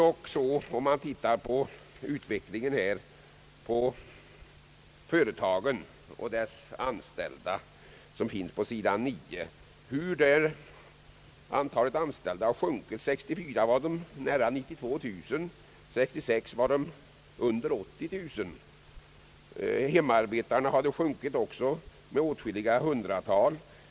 Om man tittar på sidan 9 finner man att antalet anställda sjunkit. år 1964 var det nära 92 090. år 1966 var det under 80 000. även hemarbetarna hade sjunkit med åtskilliga hundratal.